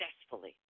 successfully